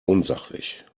unsachlich